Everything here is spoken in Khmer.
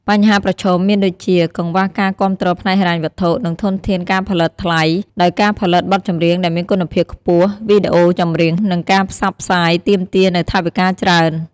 បញ្ហាប្រឈមមានដូចជា កង្វះការគាំទ្រផ្នែកហិរញ្ញវត្ថុ និងធនធានការផលិតថ្លៃ ដោយការផលិតបទចម្រៀងដែលមានគុណភាពខ្ពស់ វីដេអូចម្រៀង និងការផ្សព្វផ្សាយទាមទារនូវថវិកាច្រើន។